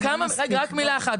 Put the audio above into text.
רגע, רק מילה אחת.